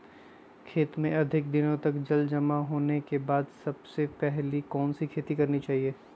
खेत में अधिक दिनों तक जल जमाओ होने के बाद सबसे पहली कौन सी खेती करनी चाहिए?